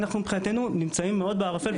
אנחנו מבחינתנו נמצאים מאוד בערפל.